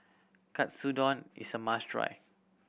katsudon is a must try